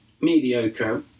mediocre